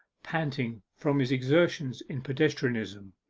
panting from his exertions in pedestrianism.